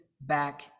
back